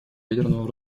ядерного